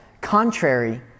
contrary